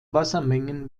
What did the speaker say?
wassermengen